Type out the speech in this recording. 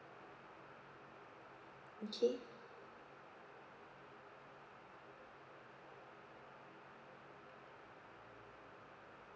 okay